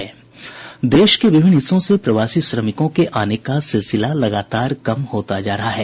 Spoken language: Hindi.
देश के विभिन्न हिस्सों से प्रवासी श्रमिकों के आने का सिलसिला लगातार कम होता जा रहा है